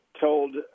told